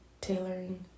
tailoring